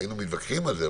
היינו מתווכחים על זה,